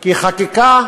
כי חקיקה,